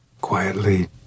Quietly